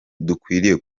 dukwiriye